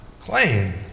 claim